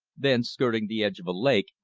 then, skirting the edge of a lake,